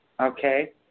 Okay